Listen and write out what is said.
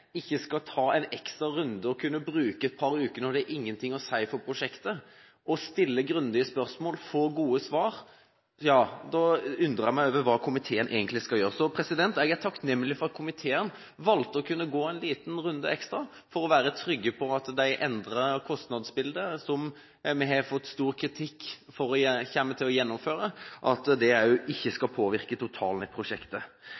skal kunne ta en ekstra runde og bruke et par uker, når det ikke har noe å si for prosjektet – stille grundige spørsmål og få gode svar – da undrer jeg meg på hva komiteen egentlig skal gjøre. Så jeg er takknemlig for at komiteen valgte å gå en liten ekstrarunde for å være trygge på at det endrede kostnadsbildet – og vi har fått stor kritikk for at en kommer til å gjennomføre dette – ikke